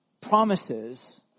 promises